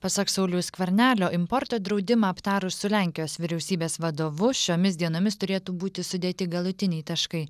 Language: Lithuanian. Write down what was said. pasak sauliaus skvernelio importo draudimą aptarus su lenkijos vyriausybės vadovu šiomis dienomis turėtų būti sudėti galutiniai taškai